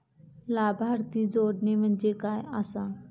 लाभार्थी जोडणे म्हणजे काय आसा?